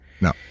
No